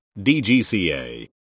DGCA